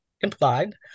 implied